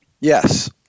Yes